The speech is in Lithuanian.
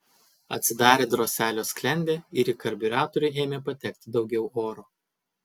atsidarė droselio sklendė ir į karbiuratorių ėmė patekti daugiau oro